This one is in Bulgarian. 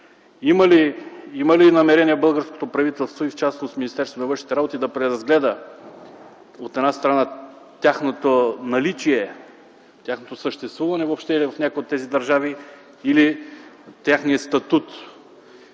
Има ли намерение българското правителство и в частност Министерството на външните работи, да преразгледа, от една страна, тяхното наличие, тяхното съществуване въобще или в някоя от тези държави или техния статут?